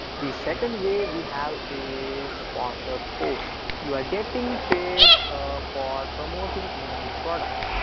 the second way we have is sponsored post. you are getting paid for promoting anyone's product,